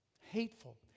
Hateful